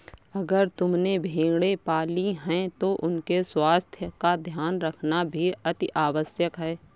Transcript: अगर तुमने भेड़ें पाली हैं तो उनके स्वास्थ्य का ध्यान रखना भी अतिआवश्यक है